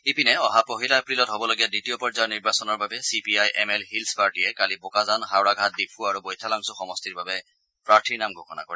ইপিনে অহা পহিলা এপ্ৰিলত হবলগীয়া দ্বিতীয় পৰ্যায়ৰ নিৰ্বাচনৰ বাবে C P I M L হিলচ পাৰ্টিয়ে কালি বোকাজান হাওৰাঘাট ডিফু আৰু বৈঠালাংচু সমষ্টিৰ বাবে প্ৰাৰ্থীৰ নাম ঘোষণা কৰে